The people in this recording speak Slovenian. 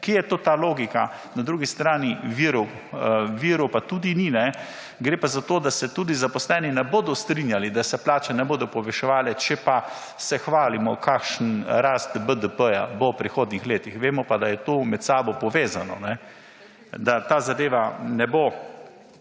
kje je to ta logika na drugi strani virov pa tudi ni? Gre pa tudi za to, da tudi zaposleni ne bodo strinjali, da se plače ne bodo povečevale, če pa se hvalimo kakšen rast BDP bo v prihodnjih letih vemo pa, da je to med seboj povezano, da ta zadeva ne bo